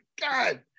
God